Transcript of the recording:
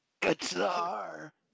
guitar